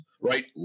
right